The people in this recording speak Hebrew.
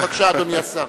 בבקשה, אדוני השר.